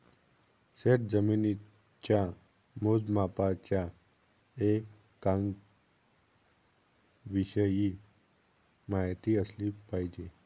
शेतजमिनीच्या मोजमापाच्या एककांविषयी माहिती असली पाहिजे